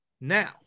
Now